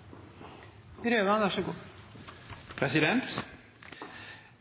vedlegges protokollen. Så kommer regjeringen med sin konklusjon når arbeidet er ferdig.